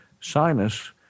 sinus